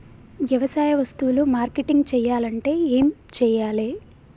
వ్యవసాయ వస్తువులు మార్కెటింగ్ చెయ్యాలంటే ఏం చెయ్యాలే?